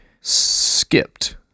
skipped